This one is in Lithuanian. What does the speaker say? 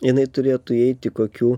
jinai turėtų įeiti kokių